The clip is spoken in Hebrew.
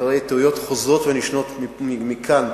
אחרי טעויות חוזרות ונשנות מכאן,